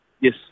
yes